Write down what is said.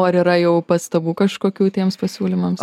o ar yra jau pastabų kažkokių tiems pasiūlymams